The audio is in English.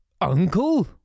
Uncle